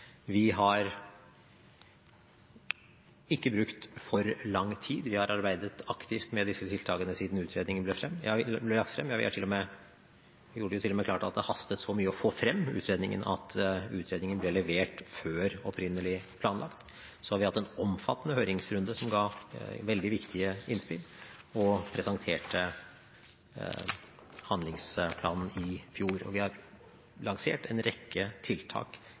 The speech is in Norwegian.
Vi har ikke brukt for lang tid. Vi har arbeidet aktivt med disse tiltakene siden utredningen ble lagt frem, og vi gjorde det til og med klart at det hastet så mye å få frem utredningen at utredningen ble levert før opprinnelig planlagt. Så har vi hatt en omfattende høringsrunde som ga veldig viktige innspill og presenterte handlingsplanen i fjor, og vi har lansert en rekke tiltak